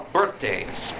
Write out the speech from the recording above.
birthdays